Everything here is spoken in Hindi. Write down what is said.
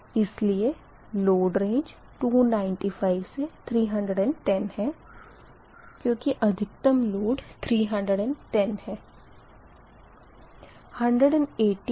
इसलिए लोड रेंज 295 से 310 है क्यूँकि अधिकतम लोड 310 है